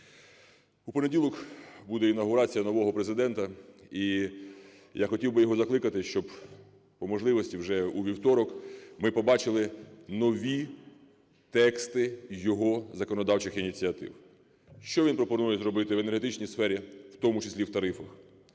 У понеділок буде інавгурація нового Президента, і я хотів би його закликати, щоб по можливості вже у вівторок ми побачили нові тексти його законодавчих ініціатив: що він пропонує зробити в енергетичній сфері, в тому числі в тарифах;